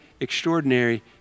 extraordinary